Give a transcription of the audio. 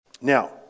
Now